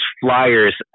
Flyers